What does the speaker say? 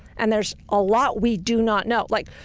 and there's a lot we do not know. like,